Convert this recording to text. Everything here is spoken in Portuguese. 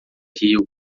rio